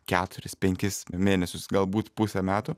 keturis penkis mėnesius galbūt pusę metų